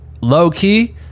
low-key